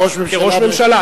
כראש ממשלה.